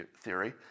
theory